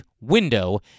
window